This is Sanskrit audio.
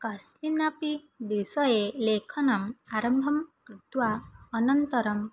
कास्मिन्नपि विषये लेखनम् आरम्भं कृत्वा अनन्तरं